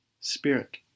spirit